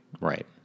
Right